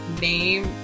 name